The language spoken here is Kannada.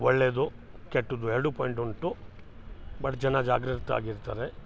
ಒಳ್ಳೆಯದು ಕೆಟ್ಟದ್ದು ಎರಡೂ ಪಾಯಿಂಟ್ ಉಂಟು ಬಟ್ ಜನ ಜಾಗ್ರತೆ ಆಗಿರ್ತಾರೆ